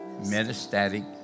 metastatic